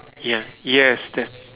yes yes that's